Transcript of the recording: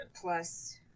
Plus